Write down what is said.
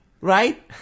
right